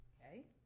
Okay